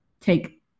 take